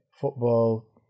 football